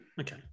okay